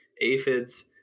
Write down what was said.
aphids